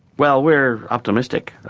well we're optimistic,